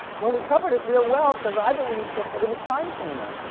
well, he covered it real well, cause i believe that that it was time shaming.